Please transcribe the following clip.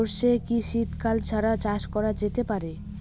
সর্ষে কি শীত কাল ছাড়া চাষ করা যেতে পারে?